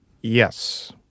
Yes